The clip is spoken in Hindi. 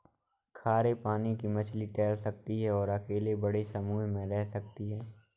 खारे पानी की मछली तैर सकती है और अकेले बड़े समूह में रह सकती है